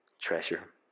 treasure